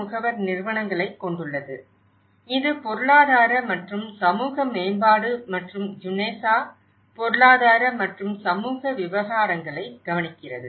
முகவர் நிறுவனங்களைக் கொண்டுள்ளது இது பொருளாதார மற்றும் சமூக மேம்பாடு மற்றும் UNESA பொருளாதார மற்றும் சமூக விவகாரங்களை கவனிக்கிறது